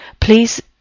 please